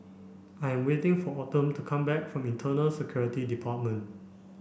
I'm waiting for Autumn to come back from Internal Security Department